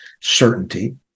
certainty